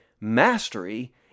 mastery